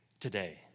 today